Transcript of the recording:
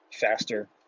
faster